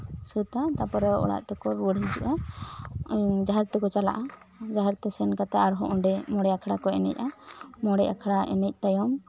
ᱥᱟᱹᱛᱟ ᱛᱟᱯᱚᱨᱮ ᱚᱲᱟᱜ ᱛᱮᱠᱚ ᱨᱩᱣᱟᱹᱲ ᱦᱤᱡᱩᱜᱼᱟ ᱡᱟᱦᱮᱨ ᱛᱮᱠᱚ ᱪᱟᱞᱟᱜᱼᱟ ᱡᱟᱦᱮᱨᱛᱮ ᱥᱮᱱ ᱠᱟᱛᱮ ᱟᱨᱦᱚᱸ ᱚᱸᱰᱮ ᱢᱚᱬᱮ ᱟᱠᱷᱲᱟ ᱠᱚ ᱮᱱᱮᱡᱼᱟ ᱢᱚᱬᱮ ᱟᱠᱷᱲᱟ ᱮᱱᱮᱡ ᱛᱟᱭᱚᱢ